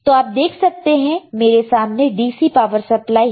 तो आप देख सकते हैं मेरे सामने DC पावर सप्लाई है